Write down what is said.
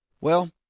Well